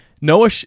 Noah